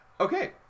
okay